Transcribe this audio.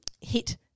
hit